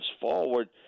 forward